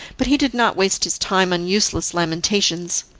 but he did not waste his time on useless lamentations.